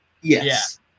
yes